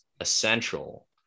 essential